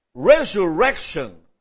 Resurrection